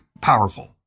powerful